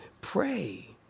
Pray